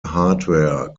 hardware